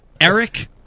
Eric